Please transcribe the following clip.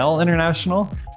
International